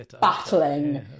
battling